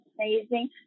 amazing